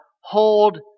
Hold